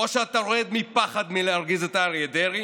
או שאתה רועד מפחד להרגיז את אריה דרעי